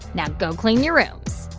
now, go clean your rooms.